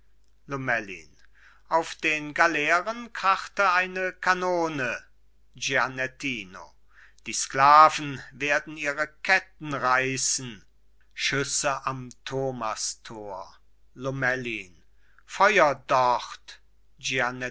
lomellin auf den galeeren krachte eine kanone gianettino die sklaven werden ihre ketten reißen schüsse am thomastor lomellin feuer dort